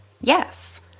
Yes